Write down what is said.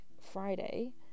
Friday